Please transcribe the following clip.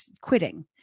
quitting